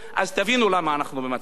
אז תבינו למה אנחנו לא במצב טוב.